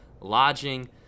lodging